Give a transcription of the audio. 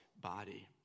body